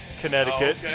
Connecticut